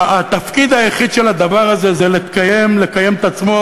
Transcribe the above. התפקיד היחיד של הדבר הזה זה לקיים את עצמו,